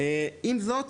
עם זאת,